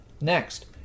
Next